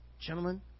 Gentlemen